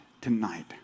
tonight